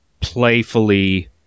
playfully